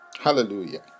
Hallelujah